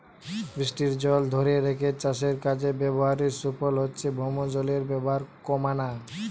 বৃষ্টির জল ধোরে রেখে চাষের কাজে ব্যাভারের সুফল হচ্ছে ভৌমজলের ব্যাভার কোমানা